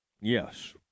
Yes